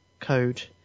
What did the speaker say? code